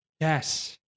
Yes